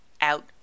out